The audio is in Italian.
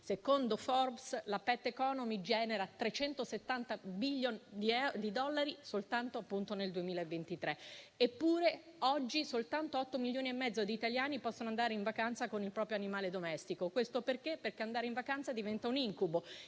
Secondo «Forbes» la *pet economy* genererà 370 miliardi di dollari nel solo 2023. Eppure oggi soltanto 8,5 milioni di italiani possono andare in vacanza con il proprio animale domestico e questo perché andare in vacanza diventa un incubo.